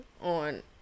on